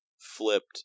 flipped